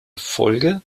folge